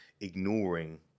ignoring